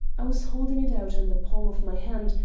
i was holding it out on the palm of my hand,